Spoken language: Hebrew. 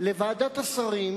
לוועדת השרים